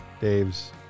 Dave's